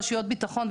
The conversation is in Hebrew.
רשויות ביטחון,